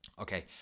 okay